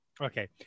Okay